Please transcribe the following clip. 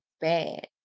bad